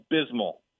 abysmal